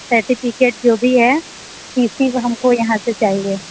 certificate जो भी है टी सी वो हमको यहाँ से चाहिए